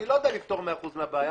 אני לא יודע לפתור מאה אחוז מהבעיה,